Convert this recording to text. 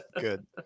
Good